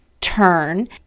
turn